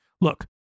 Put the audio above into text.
Look